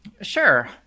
Sure